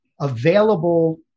available